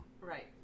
Right